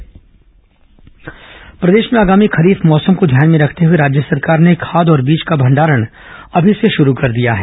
मुख्यमंत्री खाद बीज प्रदेश में आगामी खरीफ मौसम को ध्यान में रखते हुए राज्य सरकार ने खाद और बीज का भंडारण अभी से शुरू कर दिया है